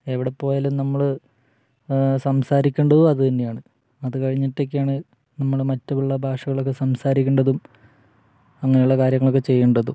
എവിടെ പോയാലും നമ്മള് സംസാരിക്കേണ്ടതും അതുതന്നെയാണ് അത് കഴിഞ്ഞിട്ടൊക്കെയാണ് നമ്മള് മറ്റുള്ള ഭാഷകളൊക്കെ സംസാരിക്കേണ്ടതും അങ്ങനെയുള്ള കാര്യങ്ങളൊക്കെ ചെയ്യേണ്ടതും